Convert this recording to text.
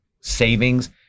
savings